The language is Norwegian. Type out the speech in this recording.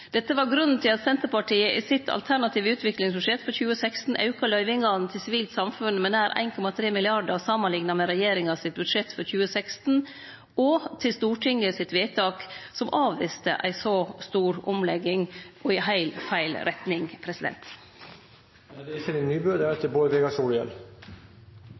Dette var grunnen til at Senterpartiet i sitt alternative utviklingsbudsjett for 2016 auka løyvingane til sivilt samfunn med nær 1,3 mrd. kr samanlikna med regjeringa sitt budsjett for 2016, og til Stortinget sitt vedtak, som avviste ei så stor omlegging i heilt feil retning.